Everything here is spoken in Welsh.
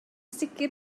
sicr